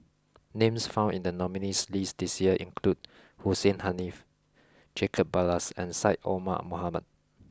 names found in the nominees' list this year include Hussein Haniff Jacob Ballas and Syed Omar Mohamed